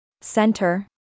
Center